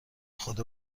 خدا